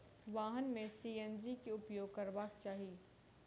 वाहन में सी.एन.जी के उपयोग करबाक चाही